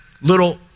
little